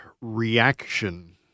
reaction